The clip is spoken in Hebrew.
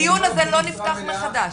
הדיון הזה לא נפתח מחדש.